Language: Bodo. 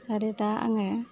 आरो दा आङो